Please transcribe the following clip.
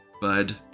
bud